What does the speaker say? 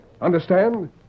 Understand